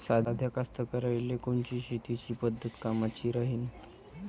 साध्या कास्तकाराइले कोनची शेतीची पद्धत कामाची राहीन?